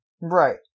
Right